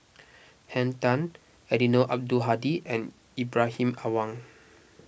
Henn Tan Eddino Abdul Hadi and Ibrahim Awang